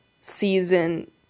season